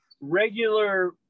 regular